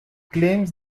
claims